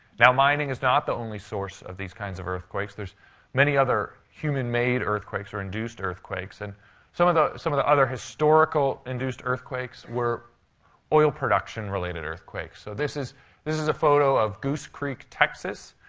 now, mining is not the only source of these kinds of earthquakes. there's many other human-made earthquakes, or induced earthquakes. and some of the some of the other historical induced earthquakes were oil production-related earthquakes. so this is this is a photo of goose creek, texas.